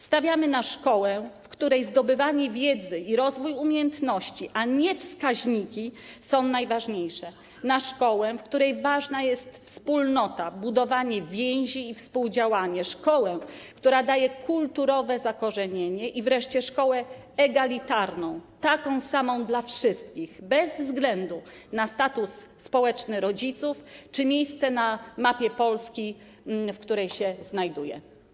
Stawiamy na szkołę, w której zdobywanie wiedzy i rozwój umiejętności, a nie wskaźniki, są najważniejsze, na szkołę, w której ważna jest wspólnota, budowanie więzi i współdziałanie, szkołę, która daje kulturowe zakorzenienie, i wreszcie szkołę egalitarną, taką samą dla wszystkich, bez względu na status społeczny rodziców czy miejsce na mapie Polski, w której się znajduje.